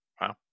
Wow